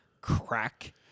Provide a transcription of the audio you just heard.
crack